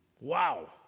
Wow